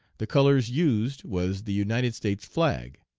the colors used was the united states flag.